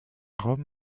rome